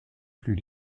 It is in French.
plus